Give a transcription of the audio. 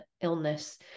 illness